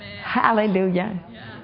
Hallelujah